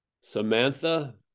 Samantha